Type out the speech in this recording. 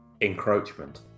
encroachment